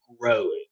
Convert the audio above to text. growing